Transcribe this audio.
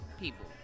people